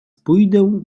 pójdę